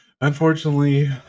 Unfortunately